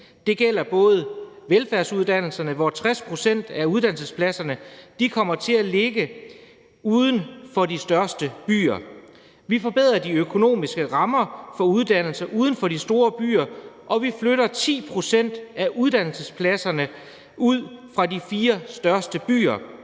Det gælder velfærdsuddannelserne, hvor 60 pct. af uddannelsespladserne kommer til at ligge uden for de største byer. Vi forbedrer de økonomiske rammer for uddannelser uden for de store byer, og vi flytter 10 pct. af uddannelsespladserne ud fra de fire største byer.